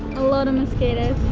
a lot of mosquitoes.